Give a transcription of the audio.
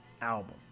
album